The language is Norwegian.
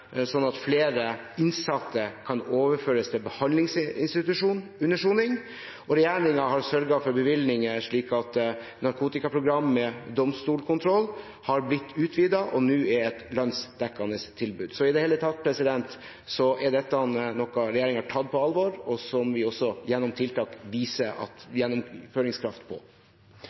at flere innsatte kan overføres til behandlingsinstitusjon under soning, og regjeringen har sørget for bevilgninger slik at narkotikaprogram med domstolskontroll har blitt utvidet og nå er et landsdekkende tilbud. I det hele tatt er dette noe regjeringen har tatt på alvor, og som vi gjennom tiltak viser gjennomføringskraft på.